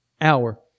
hour